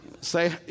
Say